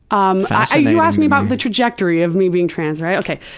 um you asked me about the trajectory of me being trans, right? okay.